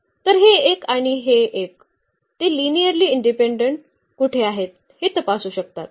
तर हे एक आणि हे एक ते लिनिअर्ली इंडिपेंडेंट कुठे आहेत हे तपासू शकतात